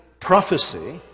prophecy